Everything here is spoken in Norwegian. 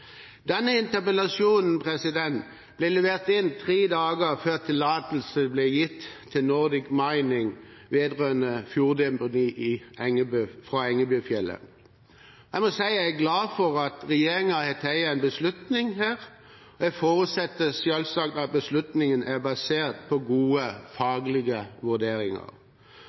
Denne interpellasjonen ble levert inn tre dager før tillatelsen ble gitt til Nordic Mining vedrørende fjorddeponi fra Engebøfjellet. Jeg må si jeg er glad for at regjeringen har tatt en beslutning her, og jeg forutsetter selvsagt at beslutningen er basert på gode